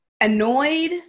annoyed